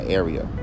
area